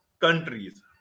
countries